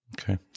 okay